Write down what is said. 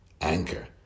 Anchor